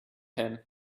him